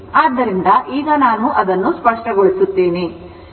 ಆದ್ದರಿಂದ ಈಗ ನಾನು ಅದನ್ನು ಸ್ಪಷ್ಟಗೊಳಿಸುತ್ತೇನೆ